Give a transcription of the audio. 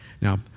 Now